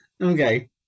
Okay